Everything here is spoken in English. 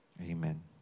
Amen